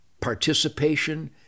participation